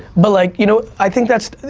but like you know, i think that's,